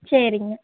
சரிங்க